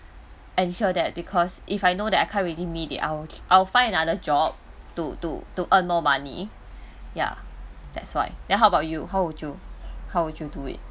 ensure that because if I know that I can't really meet the I'll I'll find another job to to to earn more money ya that's why then how about you how would you how would you do it